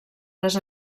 les